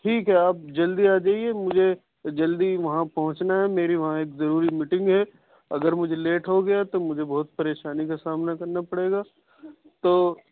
ٹھیک ہے آپ جلدی آجائیے مجھے جلدی وہاں پہنچنا ہے میری وہاں ایک ضروری مٹینگ ہے اگر میں لیٹ ہو گیا تو مجھے بہت پریشانی کا سامنا کرنا پڑے گا تو